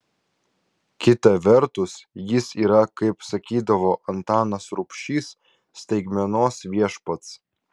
kita vertus jis yra kaip sakydavo antanas rubšys staigmenos viešpats